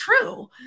true